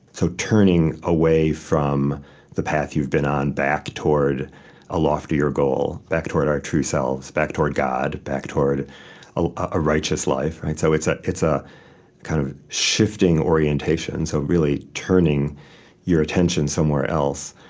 so turning away from the path you've been on, back toward a loftier goal, back toward our true selves, back toward god, back toward a a righteous life. so it's ah it's a kind of shifting orientation, so really turning your attention somewhere else.